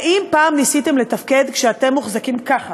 האם פעם ניסיתם לתפקד כשאתם מוחזקים ככה,